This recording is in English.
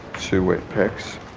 two wet packs.